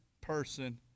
person